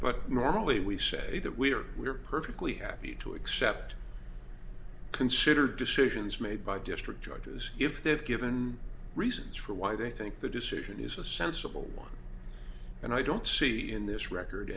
but normally we say that we are we are perfectly happy to accept consider decisions made by the district judges if they've given reasons for why they think the decision is a sensible one and i don't see in this record